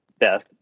death